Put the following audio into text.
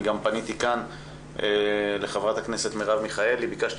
פניתי לחברת הכנסת מרב מיכאלי וביקשתי